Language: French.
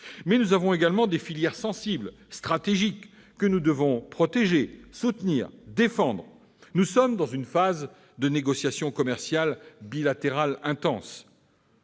Mais nous avons également des filières sensibles, stratégiques, que nous devons protéger, soutenir, défendre. Nous sommes dans une phase de négociations commerciales bilatérales intenses.